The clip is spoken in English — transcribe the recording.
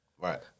right